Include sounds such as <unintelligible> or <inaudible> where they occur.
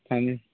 <unintelligible>